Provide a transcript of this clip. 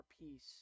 peace